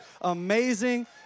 amazing